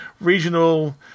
regional